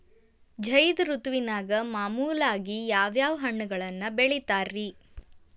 ಝೈದ್ ಋತುವಿನಾಗ ಮಾಮೂಲಾಗಿ ಯಾವ್ಯಾವ ಹಣ್ಣುಗಳನ್ನ ಬೆಳಿತಾರ ರೇ?